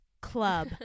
club